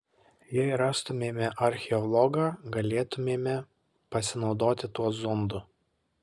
jei rastumėme archeologą galėtumėme pasinaudoti tuo zondu